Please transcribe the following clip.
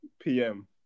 PM